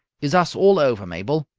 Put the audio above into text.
is us all over, mabel.